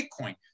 Bitcoin